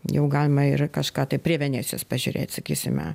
jau galima ir kažką tai prie venecijos pažiūrėt sakysime